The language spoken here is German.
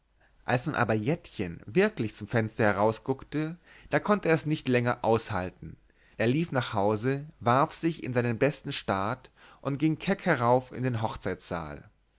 als nun aber jettchen wirklich zum fenster herausguckte da konnte er es nicht länger aushalten er lief nach hause warf sich in seinen besten staat und ging keck herauf in den hochzeitsaal